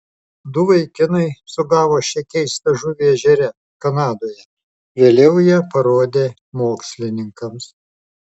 du vaikinai sugavo šią keistą žuvį ežere kanadoje vėliau ją parodė mokslininkams